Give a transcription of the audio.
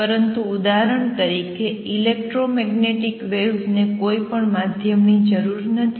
પરંતુ ઉદાહરણ તરીકેઇલેક્ટ્રોમેગ્નેટિક વેવ્સ ને કોઈપણ માધ્યમની જરૂર નથી